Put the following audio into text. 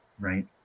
right